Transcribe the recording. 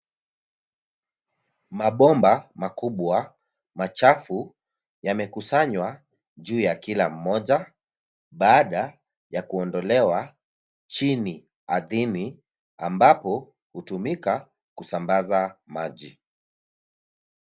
Mabomba makubwa machafu yamekusanywa juu ya kila mmoja baada ya kuondolewa chini ardhini ambapo hutumika kusambaza maji.